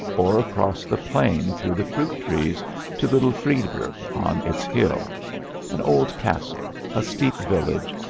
or across the plain through the fruit trees to little friedberg on its hill an old castle, a steep village,